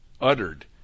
uttered